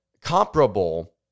comparable